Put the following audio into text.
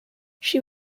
she